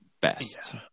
best